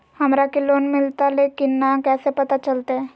हमरा के लोन मिलता ले की न कैसे पता चलते?